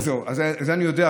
אני יודע,